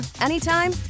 anytime